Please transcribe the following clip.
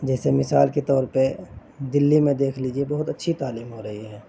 جیسے مثال کے طور پہ دلی میں دیکھ لیجیے بہت اچھی تعلیم ہو رہی ہے